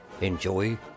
Enjoy